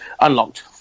unlocked